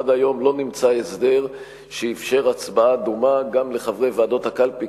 עד היום לא נמצא הסדר שאפשר הצבעה דומה גם לחברי ועדות הקלפי,